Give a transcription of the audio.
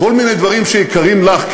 כל מיני דברים שיקרים לך,